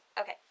okay